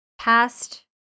past